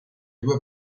due